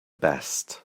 best